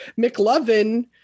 McLovin